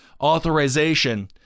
authorization